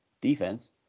defense